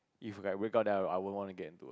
if like we break up then I I won't wanna get into